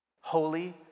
Holy